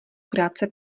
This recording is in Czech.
krátce